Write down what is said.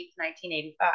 1985